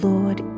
Lord